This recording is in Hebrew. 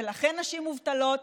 לכן נשים מובטלות,